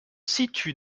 situe